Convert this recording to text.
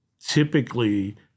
typically